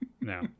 no